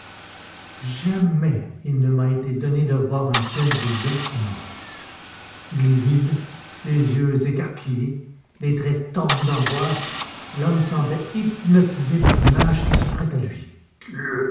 jamais il ne m'a été donné de voir un tel bouleversement livide les yeux écarquillés les traits tordus d'angoisse l'homme semblait hypnotisé par l'image qui s'offrait à lui